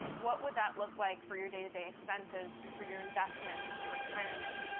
what would that look like for your day-to-day expenses, for your investments, your retirement,